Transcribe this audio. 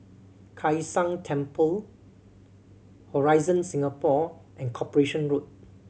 Kai San Temple Horizon Singapore and Corporation Road